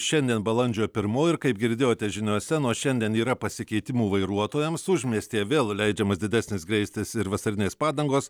šiandien balandžio pirmoji ir kaip girdėjote žiniose nuo šiandien yra pasikeitimų vairuotojams užmiestyje vėl leidžiamas didesnis greitis ir vasarinės padangos